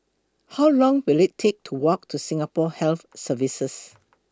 How Long Will IT Take to Walk to Singapore Health Services